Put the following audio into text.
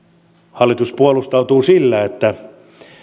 hallitus puolustautuu sillä että